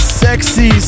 sexy